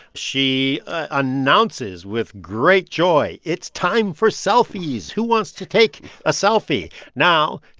she announces with great joy, it's time for selfies. who wants to take a selfie? now,